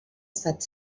estat